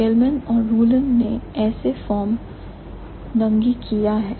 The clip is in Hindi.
Gelman और Ruln ने ऐसा फॉर्म नंगी किया है